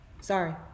sorry